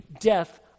death